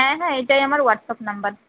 হ্যাঁ হ্যাঁ এটাই আমার হোয়াটসঅ্যাপ নাম্বার